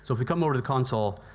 so if we come over to the console,